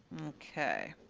okay.